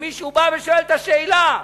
כשמישהו בא ושואל את השאלה.